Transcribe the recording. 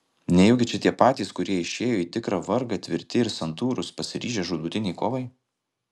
nejaugi čia tie patys kurie išėjo į tikrą vargą tvirti ir santūrūs pasiryžę žūtbūtinei kovai